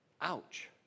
Ouch